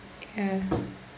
ya